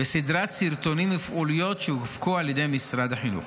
וסדרת סרטונים ופעילויות שהופקו על ידי משרד החינוך.